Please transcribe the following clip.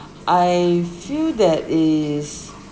I feel that is